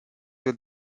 with